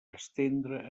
estendre